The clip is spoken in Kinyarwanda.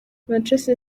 manchester